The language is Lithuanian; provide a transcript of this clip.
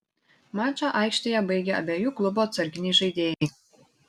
mačą aikštėje baigė abiejų klubų atsarginiai žaidėjai